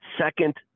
Second